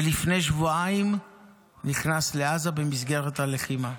ולפני שבועיים נכנס לעזה במסגרת הלחימה.